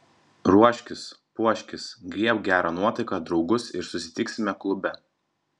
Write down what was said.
ruoškis puoškis griebk gerą nuotaiką draugus ir susitiksime klube